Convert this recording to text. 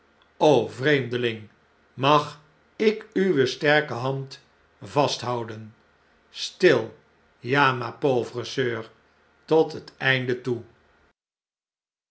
vreemdeling mag ik uwe sterke hand vasthouden stil ja ma p a u v r e s o e u r tot het einde toe